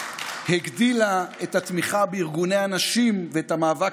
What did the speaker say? הגדילה את התמיכה בארגוני הנשים ואת המאבק